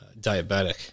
diabetic